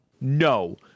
No